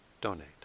donate